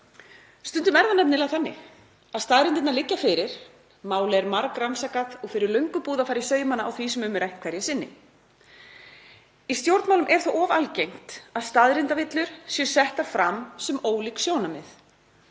Stundum er það nefnilega þannig að staðreyndirnar liggja fyrir, málið er margrannsakað og fyrir löngu búið að fara í saumana á því sem um er rætt hverju sinni. Í stjórnmálum er þó of algengt að staðreyndavillur séu settar fram sem ólík sjónarmið.